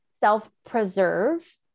self-preserve